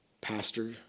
Pastor